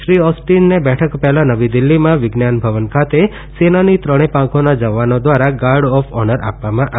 શ્રી ઓસ્ટિનને બેઠક પહેલા નવી દિલ્હીમાં વિજ્ઞાન ભવન ખાતે સેનાની ત્રણેય પાંખોના જવાનો દ્વારા ગાર્ડ ઓફ ઓનર આપવામાં આવ્યું હતું